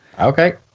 Okay